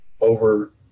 over